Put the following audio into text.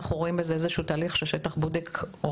אנחנו רואים בזה איזשהו תהליך שהשטח בודק או